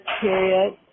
period